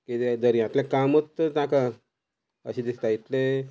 कितें दर्यांतले कामूत नाका अशें दिसता इतलें